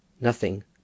Nothing